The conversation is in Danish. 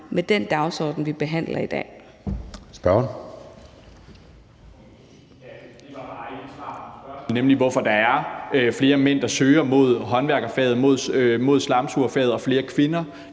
Søe): Spørgeren. Kl. 18:09 Mikkel Bjørn (DF): Det var bare ikke et svar på spørgsmålet, nemlig hvorfor der er flere mænd, der søger mod håndværkerfaget, mod slamsugerfaget, og flere kvinder,